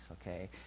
okay